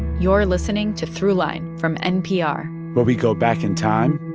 you're listening to throughline from npr where we go back in time.